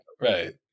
right